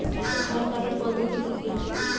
ধান কাটার পদ্ধতি কি কি?